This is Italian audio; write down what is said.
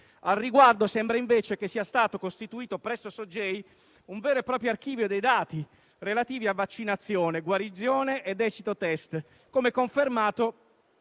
Al riguardo, sembra invece che sia stato costituito presso SOGEI un vero e proprio archivio dei dati relativi a vaccinazione, guarigione ed esito test, così come confermato